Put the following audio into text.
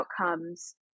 outcomes